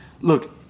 look